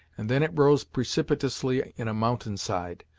and then it rose precipitously in a mountainside.